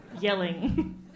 Yelling